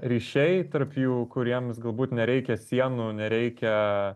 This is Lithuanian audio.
ryšiai tarp jų kuriems galbūt nereikia sienų nereikia